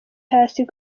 hasi